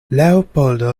leopoldo